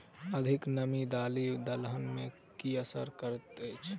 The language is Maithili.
अधिक नामी दालि दलहन मे की असर करैत अछि?